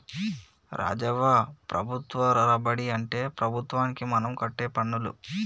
రాజవ్వ ప్రభుత్వ రాబడి అంటే ప్రభుత్వానికి మనం కట్టే పన్నులు